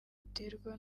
buterwa